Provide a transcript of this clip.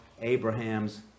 Abraham's